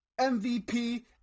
MVP